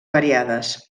variades